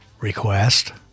request